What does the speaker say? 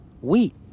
wheat